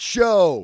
Show